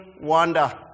wonder